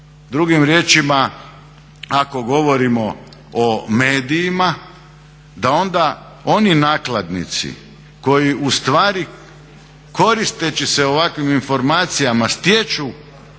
Drugim riječima ako govorimo o medijima da onda oni nakladnici koji ustvari koristeći se ovakvim informacijama stječu